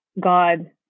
God